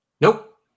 Nope